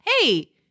hey